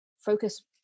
focus